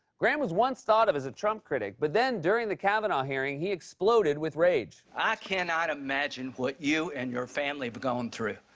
graham was once thought of as a trump critic, but then, during the kavanaugh hearing, he exploded with rage. i cannot imagine what you and your family have gone through.